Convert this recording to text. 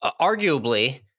arguably